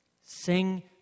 Sing